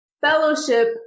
fellowship